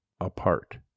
apart